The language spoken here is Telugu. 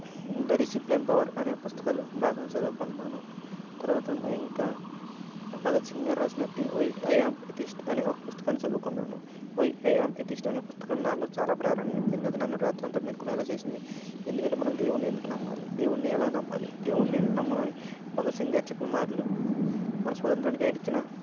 ద డిసిప్లన్ పవర్ అనే పుస్తకాలు బాగా చదువుకున్నాను తర్వాత మా ఇంకా భగత్ సింగ్ గారు రాసిన వై ఐ యామ్ ఎతీస్ట్ అనే ఒక పుస్తకాన్ని చదువుకున్నాను వై ఐ యామ్ ఎతీస్ట్ అనే పుస్తకం నాలో చాలా ప్రేరణ నింపింది అది నన్ను రాత్రంతా మేలుకునేలా చేసింది ఎందుకంటే మనం దేవున్ని ఎందుకు నమ్మాలి దేవున్ని ఎలా నమ్మాలి దేవుడిని నమ్మాలి భగత్ సింగ్ గారు చెప్పిన మాటలు మన స్వతంత్రానికి ఆయన ఇచ్చిన